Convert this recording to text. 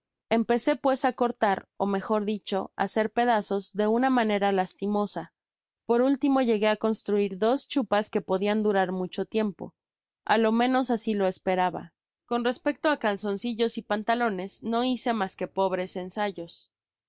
empecé pues á cortar ó mejor dicho hacer pedazos de una manera lastimosa por último llegué á construir dos chupas que podian durar macho tiempo á lo menos así lo esperaba con respecto á calzoncillos y pantalones no hice mas que pobres ensayos